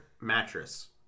mattress